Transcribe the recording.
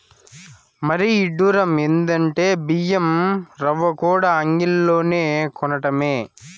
మరీ ఇడ్డురం ఎందంటే బియ్యం రవ్వకూడా అంగిల్లోనే కొనటమే